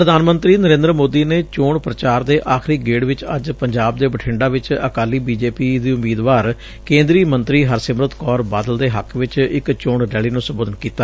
ਪ੍ਰਧਾਨ ਮੰਤਰੀ ਨਰੇਂਦਰ ਮੋਦੀ ਨੇ ਚੋਣ ਪੂਚਾਰ ਦੇ ਆਖਰੀ ਗੇੜ ਵਿਚ ਅੱਜ ਪੰਜਾਬ ਦੇ ਬਠਿੰਡਾ ਵਿਚ ਅਕਾਲੀ ਬੀਜੇਪੀ ਦੀ ਉਮੀਦਵਾਰ ਕੇਂਦਰੀ ਮੰਤਰੀ ਹਰਸਿਮਰਤ ਕੌਰ ਬਾਦਲ ਦੇ ਹੱਕ ਵਿਚ ਇਕ ਚੋਣ ਰੈਲੀ ਨੂੰ ਸੰਬੋਧਨ ਕੀਤਾ